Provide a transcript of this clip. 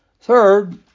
Third